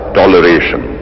toleration